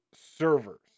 servers